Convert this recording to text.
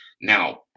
Now